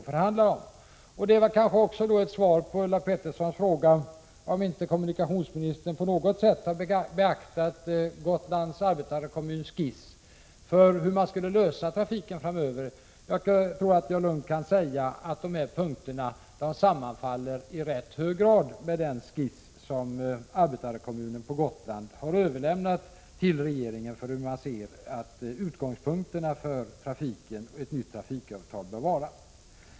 Vad jag nu sagt kanske också har gett svar på Ulla Petterssons fråga om inte kommunikationsministern på något sätt har beaktat Gotlands arbetarekommuns skiss för hur man skulle vilja lösa trafiken framöver. Jag tror att jag lugnt kan säga att dessa punkter i rätt hög grad sammanfaller med den skiss som arbetarkommunen på Gotland har överlämnat till regeringen och som 101 visar hur trafiken bör vara.